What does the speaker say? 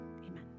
amen